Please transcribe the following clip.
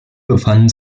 befanden